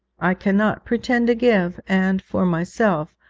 i cannot pretend to give, and, for myself,